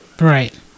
Right